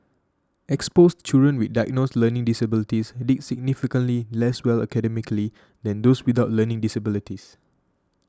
exposed children with diagnosed learning disabilities did significantly less well academically than those without learning disabilities